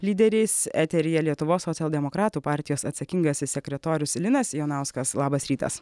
lyderiais eteryje lietuvos socialdemokratų partijos atsakingasis sekretorius linas jonauskas labas rytas